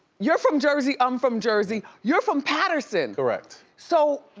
you're from jersey, i'm from jersey. you're from paterson. correct. so,